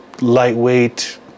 lightweight